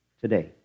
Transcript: today